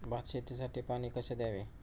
भात शेतीसाठी पाणी कसे द्यावे?